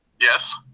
Yes